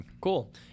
Cool